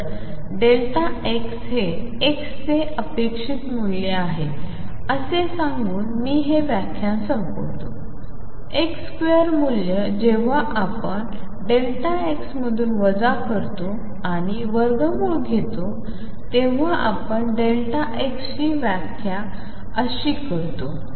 तर x हे x चे अपेक्षित मूल्य आहे असे सांगून मी हे व्याख्यान संपवतो ⟨x2⟩ मूल्य जेव्हा आपण x यामधून वजा करतो आणि वर्गमूळ घेतो तेव्हा आपण x ची व्याख्या कशी करतो